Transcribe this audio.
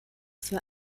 für